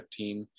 2015